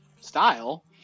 style